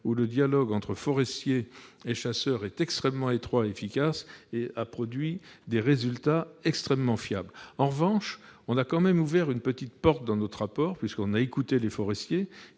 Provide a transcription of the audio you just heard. : le dialogue entre forestiers et chasseurs est extrêmement étroit et efficace, et a produit des résultats très fiables. En revanche, nous avons tout de même ouvert une petite porte dans notre rapport, après avoir entendu les forestiers.